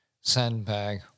sandbag